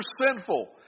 sinful